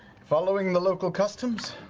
following the local customs,